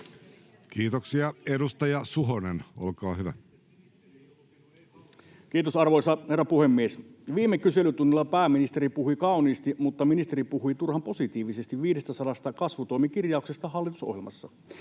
Time: 16:21 Content: Kiitos, arvoisa herra puhemies! Viime kyselytunnilla pääministeri puhui kauniisti, mutta turhan positiivisesti 500 kasvutoimikirjauksesta hallitusohjelmassa.